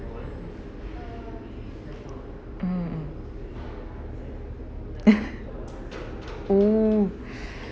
mm mm oo